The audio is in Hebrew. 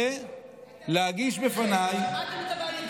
ולהגיש בפניי,